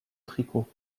tricot